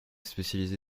spécialisée